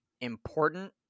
important